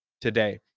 today